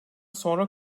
sonra